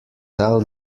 tell